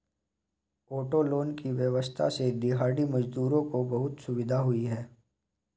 auto loan की व्यवस्था से दिहाड़ी मजदूरों को बहुत सुविधा हुई है